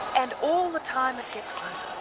and all the time it gets closer.